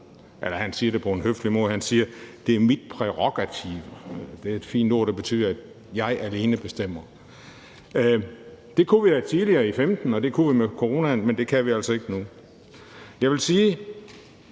Eller han siger det på en høflig måde, for han siger: Det er mit prærogativ. Det er et fint ord, der betyder: Jeg alene bestemmer. Det kunne vi gøre tidligere i 2015, og det kunne vi under coronaen, men det kan vi altså ikke nu. Jeg vil sige,